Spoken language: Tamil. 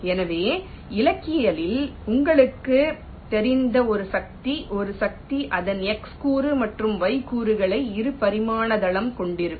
எனவே இயக்கவியல் உங்களுக்குத் தெரிந்த ஒரு சக்தி ஒரு சக்தி அதன் x கூறு மற்றும் y கூறுகளை இரு பரிமாண தளம் கொண்டிருக்கும்